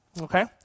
okay